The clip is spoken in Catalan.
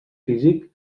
físic